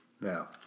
Now